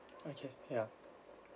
okay ya